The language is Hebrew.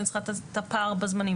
אני צריכה את הפער בזמנים.